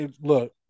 Look